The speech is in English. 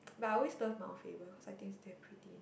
but I always love Mount Faber cause I think is damn pretty and then